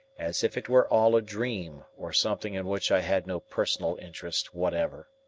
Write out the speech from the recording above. as if it were all a dream or something in which i had no personal interest whatever.